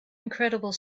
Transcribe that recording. incredible